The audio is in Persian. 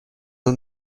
اون